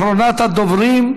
אחרונת הדוברים,